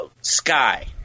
Sky